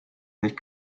nicht